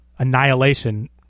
Annihilation